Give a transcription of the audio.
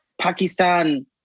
pakistan